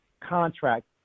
contract